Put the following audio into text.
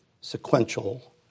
sequential